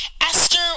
Esther